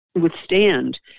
withstand